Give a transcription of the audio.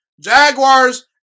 Jaguars